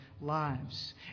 lives